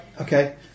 Okay